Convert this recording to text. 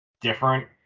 different